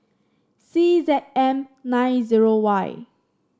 C Z M nine zero Y